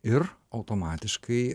ir automatiškai